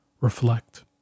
reflect